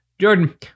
jordan